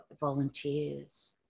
volunteers